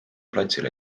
platsile